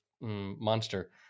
monster